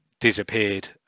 disappeared